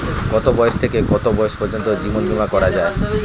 কতো বয়স থেকে কত বয়স পর্যন্ত জীবন বিমা করা যায়?